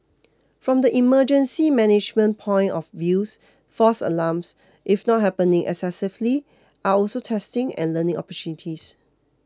from the emergency management point of views false alarms if not happening excessively are also testing and learning opportunities